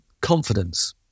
confidence